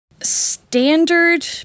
standard